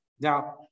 Now